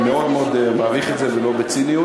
אני מאוד מאוד מעריך את זה, ולא בציניות.